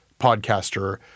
podcaster